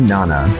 Nana